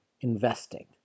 investing